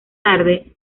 tarde